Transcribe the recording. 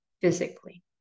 physically